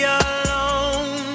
alone